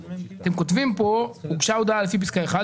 אתם כותבים כאן ש"הוגשה הודעה לפי פסקה (1),